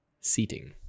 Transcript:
seating